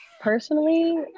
personally